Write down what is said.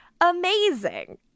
Amazing